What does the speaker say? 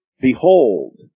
behold